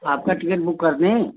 आपका ticket book कर दें